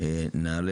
נעלה